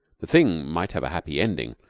the thing might have a happy ending,